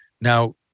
now